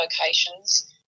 locations